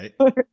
right